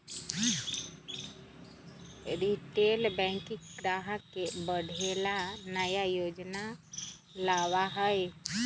retail banking ग्राहक के बढ़े ला नया योजना लावा हई